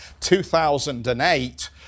2008